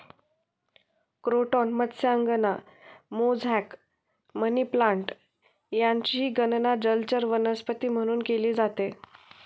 croton मत्स्यांगना, मोझॅक, money plant यांचीही गणना जलचर वनस्पती म्हणून केली जाते